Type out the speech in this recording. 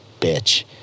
bitch